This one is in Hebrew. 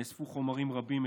נאספו חומרים רבים,